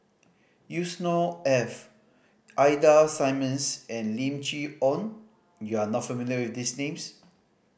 Yusnor Ef Ida Simmons and Lim Chee Onn you are not familiar with these names